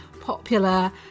popular